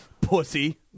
pussy